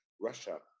Russia